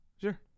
Sure